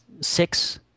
six